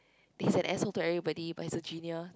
he's an asshole to everybody but he's a genius